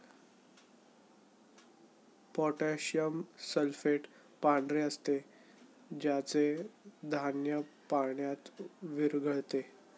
potassium sulphate पांढरे असते ज्याचे धान्य पाण्यात विरघळते